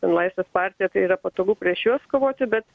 ten laisvės partija tai yra patogu prieš juos kovoti bet